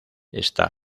está